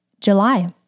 July